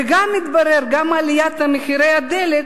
וגם עליית מחירי הדלק,